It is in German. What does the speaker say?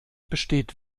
besteht